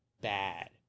bad